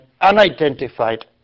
unidentified